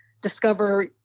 discover